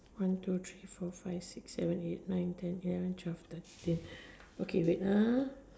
one two three four five six seven eight nine ten eleven twelve thirteen okay wait